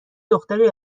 دختری